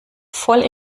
voll